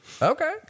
okay